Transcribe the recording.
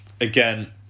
again